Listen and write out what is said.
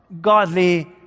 godly